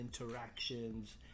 interactions